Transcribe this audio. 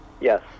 yes